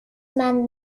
man